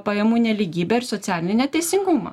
pajamų nelygybę ir socialinį neteisingumą